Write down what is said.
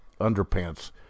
underpants